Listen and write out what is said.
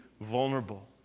vulnerable